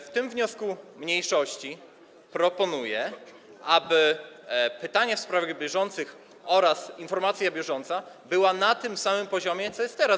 W tym wniosku mniejszości proponuję, aby pytania w sprawach bieżących oraz informacja bieżąca były na tym samym poziomie, co jest teraz.